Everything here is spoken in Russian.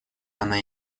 она